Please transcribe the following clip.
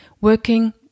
working